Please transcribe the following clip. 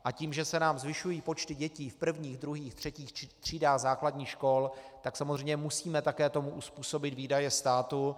A tím, že se nám zvyšují počty dětí v prvních, druhých, třetích třídách základních škol, tak samozřejmě musíme také tomu uzpůsobit výdaje státu.